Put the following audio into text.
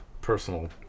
personal